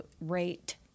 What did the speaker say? rate